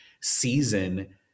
season